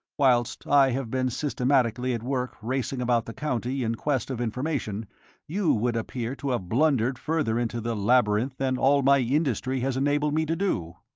whilst i have been systematically at work racing about the county in quest of information you would appear to have blundered further into the labyrinth than all my industry has enabled me to do.